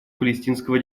палестинского